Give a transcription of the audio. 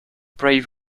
brave